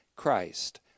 Christ